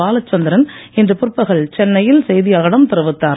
பாலசந்திரன் இன்று பிற்பகல் சென்னையில் செய்தியாளர்களிடம் தெரிவித்தார்